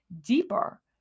deeper